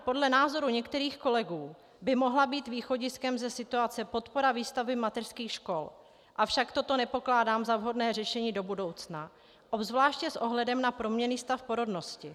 Podle názoru některých kolegů by mohla být východiskem ze situace podpora výstavby mateřských škol, avšak toto nepokládám za vhodné řešení do budoucna, obzvláště s ohledem na proměnný stav porodnosti.